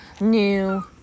new